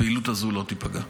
הפעילות הזאת לא תיפגע.